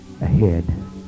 ahead